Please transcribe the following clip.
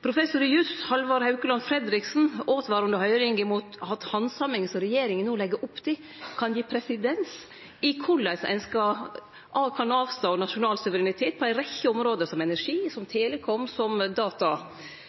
Professor i jus Halvard Haukeland Fredriksen åtvara under høyringa om at den handsaminga som regjeringa no legg opp til, kan gi presedens for korleis ein kan avstå nasjonal suverenitet på ei rekkje område som energi, telekom og data.